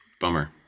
Bummer